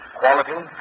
quality